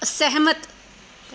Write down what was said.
ਅਸਹਿਮਤ